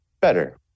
better